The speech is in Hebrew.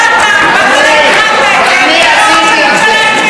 נמצאים, ואני עשיתי את זה.